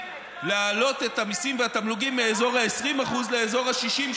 להעלות את המיסים והתמלוגים מאזור ה-20% לאזור ה-60%,